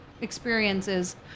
experiences